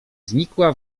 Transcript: znikła